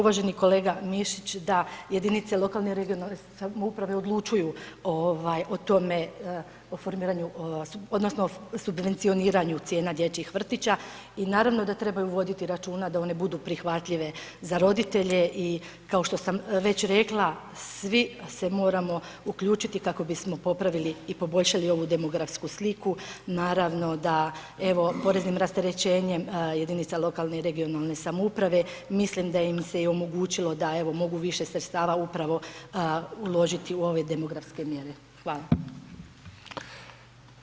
Uvaženi kolega Mišić, da jedinice lokalne i regionalne samouprave odlučuju ovaj o tome o formiranju odnosno subvencioniranju cijena dječjih vrtića i naravno da trebaju voditi računa da one budu prihvatljive za roditelje i kao što sam već rekla, svi se moramo uključiti kako bismo popravili i poboljšali ovu demografsku sliku, naravno da evo poreznim rasterećenjem jedinica lokalne i regionalne samouprave mislim da im se i omogućilo da evo mogu više sredstava upravo uložiti u ove demografske mjere.